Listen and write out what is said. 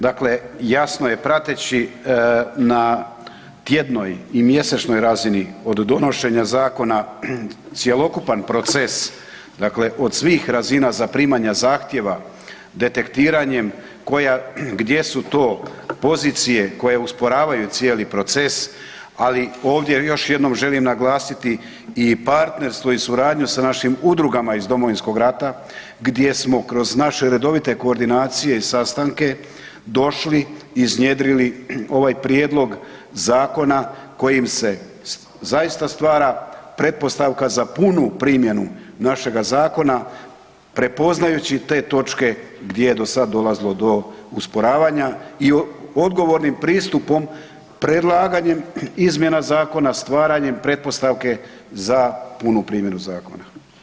Dakle, jasno je, prateći na tjednoj i mjesečnoj razini od donošenja zakona, cjelokupan proces, dakle od svih razina za primanja zahtjeva, detektiranjem gdje su to pozicije koje usporavaju cijeli proces, ali ovdje još jednom želim naglasiti i partnerstvo i suradnju sa našim udrugama iz Domovinskog rata gdje smo kroz naše redovite koordinacije i sastanke došli, iznjedrili ovaj prijedlog zakona kojim se zaista stvara pretpostavka za punu primjenu našega zakona, prepoznajući te točke gdje je dosad dolazilo do usporavanja i odgovornim pristupom, predlaganjem izmjena zakona, stvaranjem pretpostavke za punu primjenu zakona.